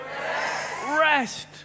rest